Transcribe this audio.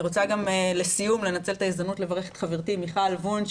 אני רוצה לסיום לנצל את ההזדמנות לברך את חברתי מיכל וונש,